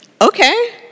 Okay